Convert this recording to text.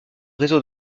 réseau